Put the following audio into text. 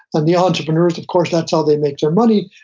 and the entrepreneurs, of course, that's how they make their money,